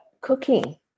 cooking